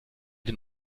den